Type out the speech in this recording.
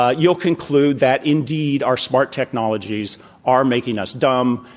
ah you'll conclude that indeed our smart technologies are making us dumb,